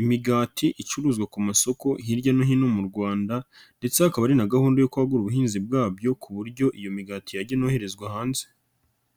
imigati icuruzwa ku masoko hirya no hino mu Rwanda ndetse hakaba ari na gahunda yo kwagura ubuhinzi bwabyo, ku buryo iyo migati yajya yoherezwa hanze.